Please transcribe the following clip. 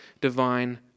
divine